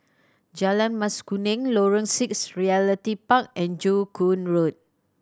Jalan Mas Kuning Lorong Six Realty Park and Joo Koon Road